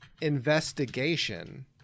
investigation